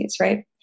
right